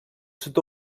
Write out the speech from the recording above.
sud